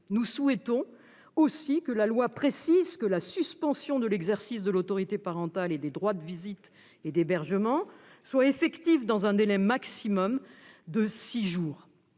Nous souhaitons aussi que la loi précise que la suspension de l'exercice de l'autorité parentale et des droits de visite et d'hébergement doit être effective dans un délai maximal de six jours.